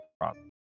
problem